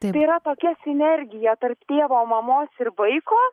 tai yra tokia sinergija tarp tėvo mamos ir vaiko